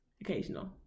occasional